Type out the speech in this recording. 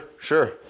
sure